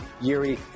Yuri